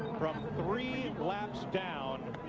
from three laps down,